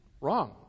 Wrong